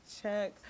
check